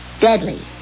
deadly